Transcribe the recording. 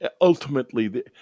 ultimately